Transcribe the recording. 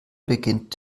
beginnt